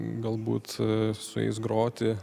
galbūt su jais groti